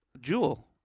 Jewel